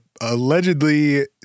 allegedly